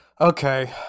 Okay